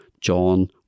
John